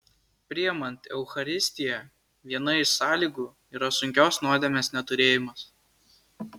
priimant eucharistiją viena iš sąlygų yra sunkios nuodėmės neturėjimas